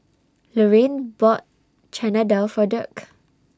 Laraine bought Chana Dal For Dirk